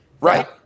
Right